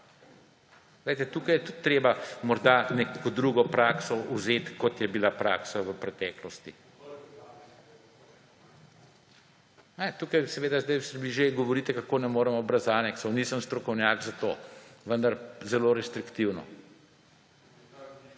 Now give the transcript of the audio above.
tukaj je tudi treba morda neko drugo prakso vzeti, kot je bila praksa v preteklosti. Ja, tukaj sedaj že govorite, kako ne moremo brez aneksov. Nisem strokovnjak za to, vendar zelo restriktivno.